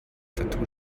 tattoo